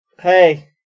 Hey